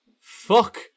Fuck